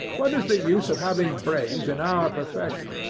what is the use of having brains in our profession.